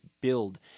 build